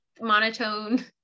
monotone